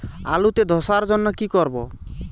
আলুতে ধসার জন্য কি করব?